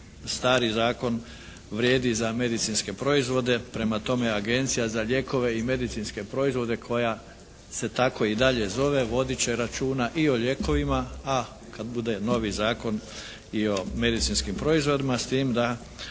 stari zakon vrijedi za medicinske proizvode. Prema tome Agencija za lijekove i medicinske proizvode koja se tako i dalje zove, voditi će računa i o lijekovima, a kada bude novi zakon i o medicinskim proizvodima s tim da